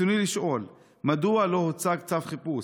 רצוני לשאול: 1. מדוע לא הוצג צו חיפוש?